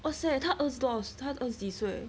!wahseh! 他儿子多少他儿子几岁